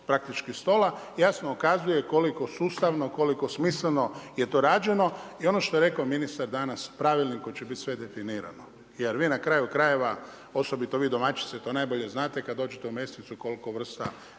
praktički stola, jasno ukazuje koliko sustavno, koliko smisleno je to rađeno i ono što je rekao ministar danas pravilnik kojim će biti sve definirano. Jer vi na kraju krajeva, osobito vi domaćice to najbolje znate kad dođete u mesnicu koliko vrsta